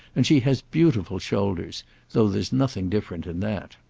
and she has beautiful shoulders though there's nothing different in that.